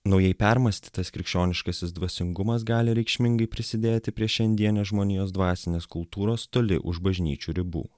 naujai permąstytas krikščioniškasis dvasingumas gali reikšmingai prisidėti prie šiandienės žmonijos dvasinės kultūros toli už bažnyčių ribų